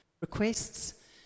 Requests